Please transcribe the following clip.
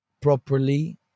properly